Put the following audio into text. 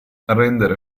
rendere